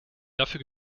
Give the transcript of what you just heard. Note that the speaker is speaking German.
dafür